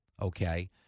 Okay